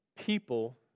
People